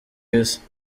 isi